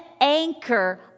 anchor